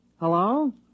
Hello